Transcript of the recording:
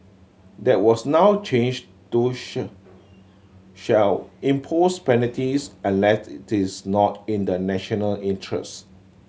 that was now changed to shall impose penalties unless it is not in the national interest